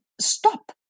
stop